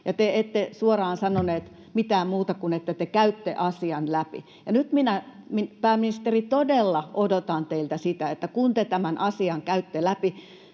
te ette suoraan sanonut mitään muuta kuin sen, että te käytte asian läpi. Nyt minä, pääministeri, todella odotan teiltä sitä, että kun te tämän asian käytte läpi